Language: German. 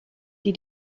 die